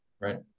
right